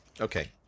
Okay